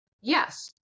yes